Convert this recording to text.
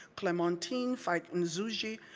clementine faik nzuji,